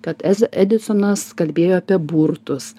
kad ez edisonas kalbėjo apie burtus